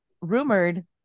rumored